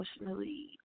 emotionally